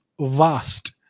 vast